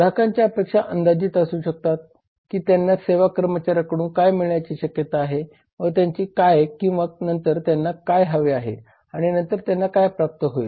ग्राहकांच्या अपेक्षा अंदाजित असू शकतात की त्यांना सेवा कर्मचाऱ्यांकडून काय मिळण्याची शक्यता आहे व त्यांची काय किंवा नंतर त्यांना काय हवे आहे आणि नंतर त्यांना काय प्राप्त होईल